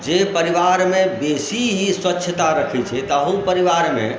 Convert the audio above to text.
जे परिवारमे बेसी ही स्वच्छता रखैत छै ताहू परिवारमे